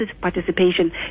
participation